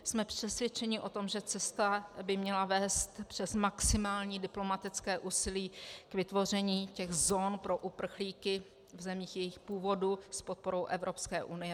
Jsme přesvědčeni o tom, že cesta by měla vést přes maximální diplomatické úsilí k vytvoření zón pro uprchlíky v zemích jejich původu s podporou Evropské unie.